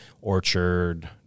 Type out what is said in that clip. orchard